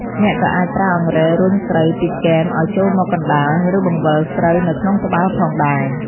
អ្នកក៏អាចប្រើអង្រែរុញស្រូវពីគែមឲ្យចូលមកកណ្តាល ឬបង្វិលស្រូវនៅក្នុងត្បាល់ផងដែរ។